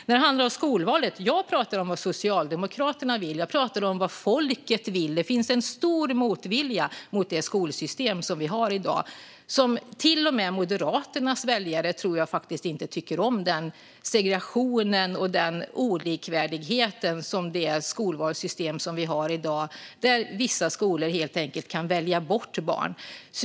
När det handlar om skolvalet pratar jag om vad Socialdemokraterna vill, och jag pratar om vad folket vill. Det finns en stor motvilja mot det skolsystem som vi har i dag. Jag tror inte ens att Moderaternas väljare tycker om den segregation och brist på likvärdighet som det skolvalssystem som vi har i dag innebär, där vissa skolor helt enkelt kan välja bort barn.